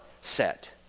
set